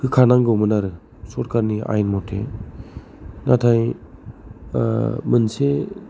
होखानांगौमोन आरो सरखारनि आयेन मथे नाथाय मोनसे